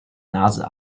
nase